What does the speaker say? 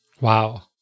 Wow